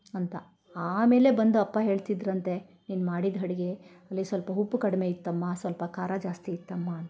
ಅಂತ ಆಮೇಲೆ ಬಂದು ಅಪ್ಪ ಹೇಳ್ತಿದ್ರಂತೆ ನೀನು ಮಾಡಿದ ಅಡ್ಗೆ ಅಲ್ಲಿ ಸ್ವಲ್ಪ ಉಪ್ಪು ಕಡಿಮೆ ಇತ್ತಮ್ಮ ಸ್ವಲ್ಪ ಖಾರ ಜಾಸ್ತಿ ಇತ್ತಮ್ಮ ಅಂತ